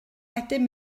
wedyn